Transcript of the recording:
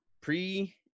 pre